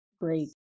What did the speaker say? great